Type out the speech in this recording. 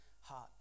heart